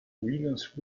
williams